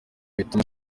bituma